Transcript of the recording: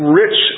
rich